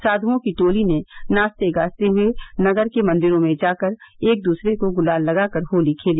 साधुओं की टोली ने नाचते गाते हुए नगर के मंदिरों में जाकर एक दूसरे को गुलाल लगाकर होली खेली